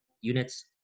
units